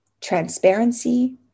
transparency